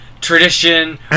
tradition